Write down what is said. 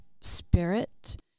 spirit